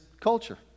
culture